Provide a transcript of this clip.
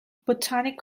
botanic